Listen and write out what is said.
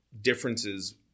differences